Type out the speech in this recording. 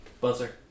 Buzzer